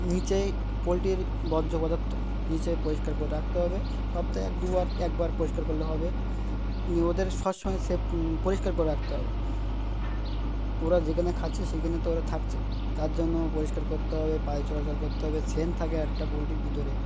নিচেই পোলট্রির বর্জ্য পদার্থ নিচেই পরিষ্কার করে রাখতে হবে সপ্তাহে এক দুবার একবার পরিষ্কার করলে হবে ওদের সব সময় সে পরিষ্কার করে রাখতে হবে ওরা যেখানে খাচ্ছে সেইখানে তো ওরা থাকছে তার জন্য পরিষ্কার করতে হবে বায়ু চলাচল করতে হবে সেন থাকে একটা পোলট্রির ভিতরে